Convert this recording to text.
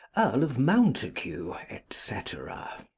earl of mountague, etc.